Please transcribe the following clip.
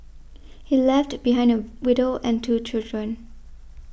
he left behind a widow and two children